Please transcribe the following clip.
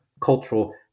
cultural